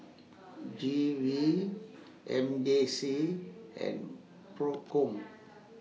G V M J C and PROCOM